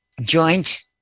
joint